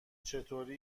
چطوری